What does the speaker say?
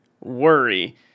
worry